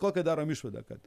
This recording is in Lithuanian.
kokią darom išvadą kad